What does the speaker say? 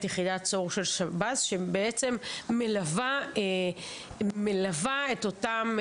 יחידת צור של שב"ס שבעצם מלווה את אותם,